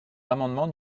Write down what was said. l’amendement